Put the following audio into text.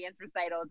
recitals